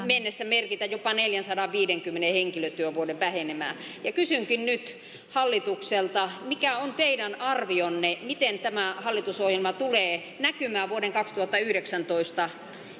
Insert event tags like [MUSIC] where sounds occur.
[UNINTELLIGIBLE] mennessä merkitä jopa neljänsadanviidenkymmenen henkilötyövuoden vähenemää kysynkin nyt hallitukselta mikä on teidän arvionne miten tämä hallitusohjelma tulee näkymään vuoden kaksituhattayhdeksäntoista